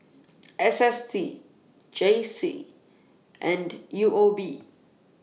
S S T J C and U O B